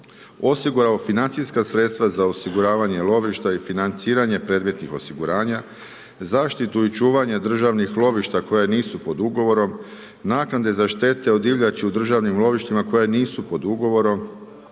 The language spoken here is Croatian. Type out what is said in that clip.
osigurao financijska sredstva za osiguravanje lovišta i financiranje predmetnih osiguranja, zaštitu i čuvanje državnih lovišta koje nisu pod ugovorom, naknade za štete od divljači u državnim lovištima koje nisu pod u govorom,